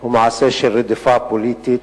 הוא מעשה של רדיפה פוליטית.